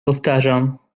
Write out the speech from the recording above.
powtarzam